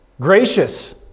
gracious